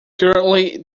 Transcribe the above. currently